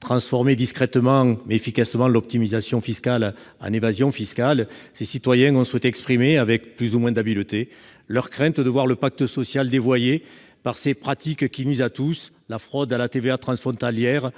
transformer discrètement, mais efficacement l'optimisation fiscale en évasion fiscale, ces citoyens ont souhaité exprimer- avec plus ou moins d'habileté -leur crainte de voir le pacte social dévoyé par ces pratiques qui nuisent à tous : la fraude à la TVA transfrontalière